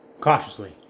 Cautiously